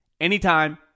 anytime